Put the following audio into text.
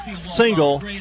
single